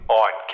on